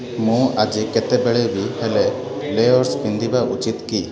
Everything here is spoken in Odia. ମୁଁ ଆଜି କେତେବେଳେ ବି ହେଲେ ଲେୟର୍ସ ପିନ୍ଧିବା ଉଚିତ୍ କି